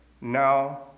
now